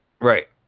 Right